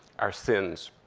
our sins.